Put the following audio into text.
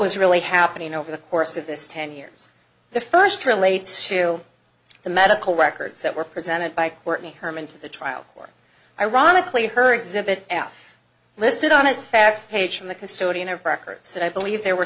was really happening over the course of this ten years the first relates to the medical records that were presented by courtney hermann to the trial or ironically her exhibit f listed on its facts page from the custodian of records that i believe there were